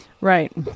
Right